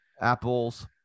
apples